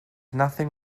nothing